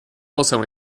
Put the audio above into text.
also